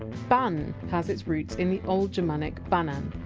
ban! has its roots in the old germanic! bannan,